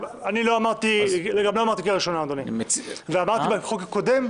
אני גם לא אמרתי קריאה ראשונה, אמרתי בחוק הקודם.